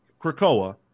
Krakoa